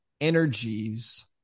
energies